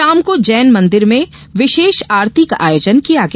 शाम को जैन मंदिर में विशेष आरती का आयोजन किया गया